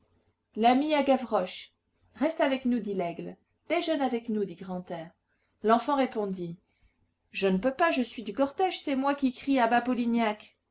l'ami à gavroche reste avec nous dit laigle déjeune avec nous dit grantaire l'enfant répondit je ne peux pas je suis du cortège c'est moi qui crie à bas polignac